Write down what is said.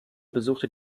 besuchte